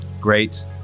great